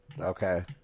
Okay